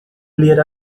ler